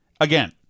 Again